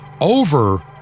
over